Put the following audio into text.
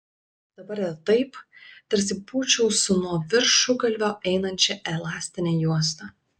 dabar yra taip tarsi būčiau su nuo viršugalvio einančia elastine juosta